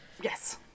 Yes